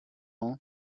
ans